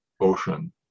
ocean